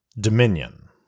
dominion